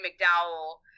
McDowell